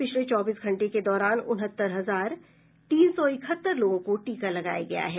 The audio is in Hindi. पिछले चौबीस घंटे के दौरान उनहत्तर हजार तीन सौ इकहत्तर लोगों को टीका लगाया गया है